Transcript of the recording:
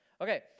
Okay